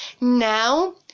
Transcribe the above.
Now